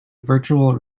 virtual